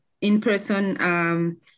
in-person